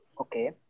Okay